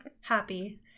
happy